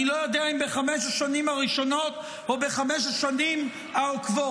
אני לא יודע אם בחמש השנים הראשונות או בחמש השנים העוקבות.